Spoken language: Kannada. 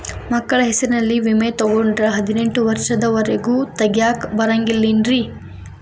ಮಕ್ಕಳ ಹೆಸರಲ್ಲಿ ವಿಮೆ ತೊಗೊಂಡ್ರ ಹದಿನೆಂಟು ವರ್ಷದ ಒರೆಗೂ ತೆಗಿಯಾಕ ಬರಂಗಿಲ್ಲೇನ್ರಿ?